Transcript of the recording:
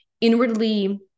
inwardly